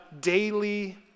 daily